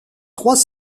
trois